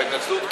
עם ההתנצלות,